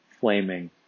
flaming